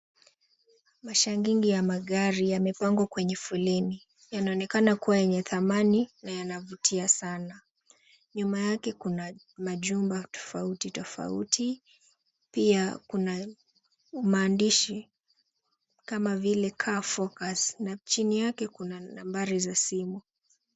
Mashangingi ya magari yamepangwa kwenye foleni. Yanonekana kuwa yenye thamani na yanavutia sana. Nyuma yake kuna majumba tofauti tofauti, pia kuna umaandishi kama vile kaa focus na chini yake kuna nambari za simu.